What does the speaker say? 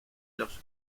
los